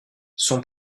son